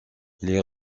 les